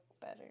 better